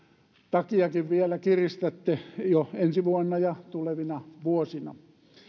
takia vielä kiristätte jo ensi vuonna ja tulevina vuosina